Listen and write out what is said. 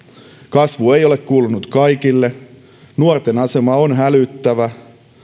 kasvu ei ole kuulunut kaikille nuorten asema on hälyttävä